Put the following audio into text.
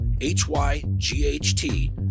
H-Y-G-H-T